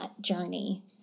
journey